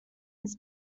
his